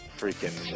freaking